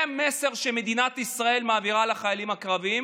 זה המסר שמדינת ישראל מעבירה לחיילים הקרביים